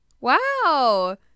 Wow